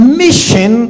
mission